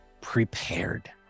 prepared